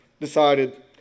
decided